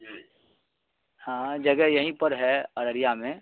ہاں جگہ یہیں پر ہے ارریا میں